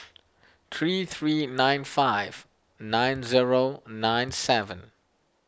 three three nine five nine zero nine seven